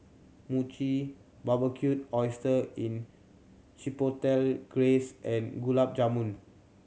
Mochi Barbecued Oyster in Chipotle Glaze and Gulab Jamun